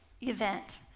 event